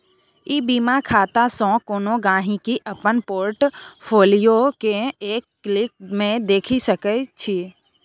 ई बीमा खातासँ कोनो गांहिकी अपन पोर्ट फोलियो केँ एक क्लिक मे देखि सकै छै